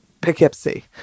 Poughkeepsie